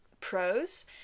pros